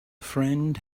friend